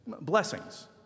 blessings